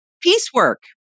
piecework